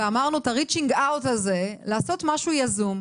ואמרנו את ה- reaching out הזה לעשות משהו יזום,